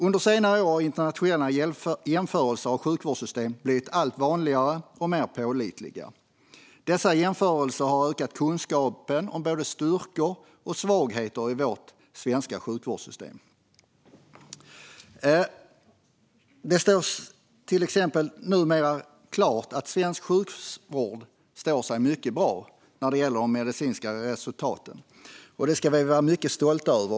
Under senare år har internationella jämförelser av sjukvårdssystem blivit allt vanligare och mer pålitliga. Dessa jämförelser har ökat kunskapen om både styrkor och svagheter i vårt svenska sjukvårdssystem. Det står till exempel numera klart att svensk sjukvård står sig mycket bra när det gäller de medicinska resultaten, och det ska vi vara mycket stolta över.